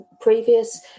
previous